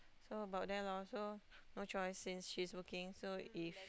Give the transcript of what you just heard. so about there lor so no choice since she's working so if